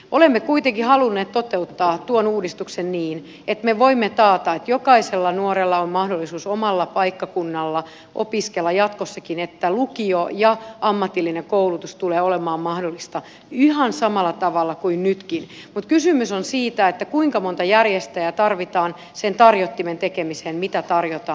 olemme kuitenkin halunneet toteuttaa tuon uudistuksen niin että me voimme taata että jokaisella nuorella on mahdollisuus omalla paikkakunnallaan opiskella jatkossakin että lukio ja ammatillinen koulutus tulee olemaan mahdollista ihan samalla tavalla kuin nytkin mutta kysymys on siitä kuinka monta järjestäjää tarvitaan sen tarjottimen tekemiseen mitä tarjotaan